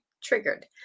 triggered